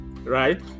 Right